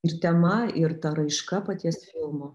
ir tema ir ta raiška paties filmo